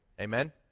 Amen